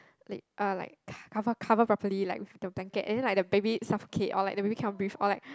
like uh like cover cover properly like with the blanket and then like the baby suffocate or like the baby cannot breathe or like